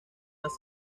las